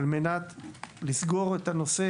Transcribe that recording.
כדי לסגור את הנושא,